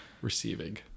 receiving